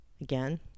Again